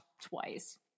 twice